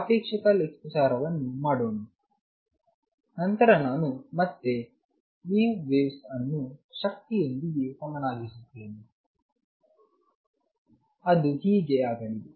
ಸಾಪೇಕ್ಷತಾ ಲೆಕ್ಕಾಚಾರವನ್ನು ಮಾಡೋಣ ನಂತರ ನಾನು ಮತ್ತೆ vwaves ಅನ್ನು ಶಕ್ತಿಯೊಂದಿಗೆ ಸಮನಾಗಿರುತ್ತೇನೆ ಅದು ಹೀಗೆ ಆಗಲಿದೆ